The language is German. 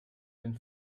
den